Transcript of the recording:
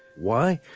why?